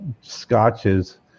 scotches